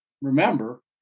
remember